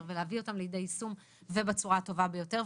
ולהביא אותם לידי יישום ובצורה הטובה ביותר.